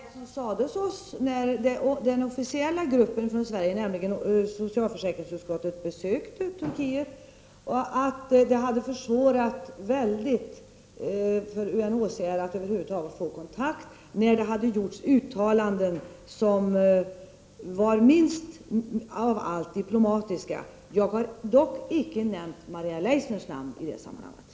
Herr talman! Fräckhet eller inte — det var vad som sades oss när den officiella gruppen från Sverige, nämligen socialförsäkringsutskottet, besökte Turkiet, att det hade försvårat avsevärt för UNHCR att över huvud taget få kontakt, efter uttalanden som var minst av allt diplomatiska. Jag har dock icke nämnt Maria Leissners namn i det sammanhanget.